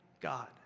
God